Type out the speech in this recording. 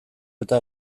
eta